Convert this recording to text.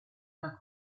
era